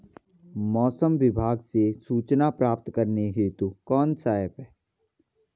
मौसम विभाग से सूचना प्राप्त करने हेतु कौन सा ऐप है?